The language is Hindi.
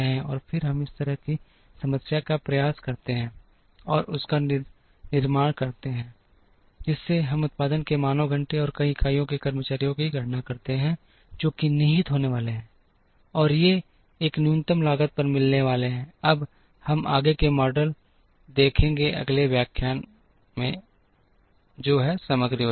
और फिर हम इस तरह की समस्या का प्रयास करते हैं और उसका निर्माण करते हैं जिससे हम उत्पादन के मानव घंटे और कई घंटों के कर्मचारियों की गणना करते हैं जो कि निहित होने वाले हैं और ये एक न्यूनतम लागत पर मिलने वाले हैं अब हम आगे के मॉडल देखें अगले व्याख्यान में समग्र योजना